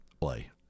play